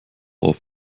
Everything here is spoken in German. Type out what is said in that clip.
auf